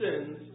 sins